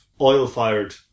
oil-fired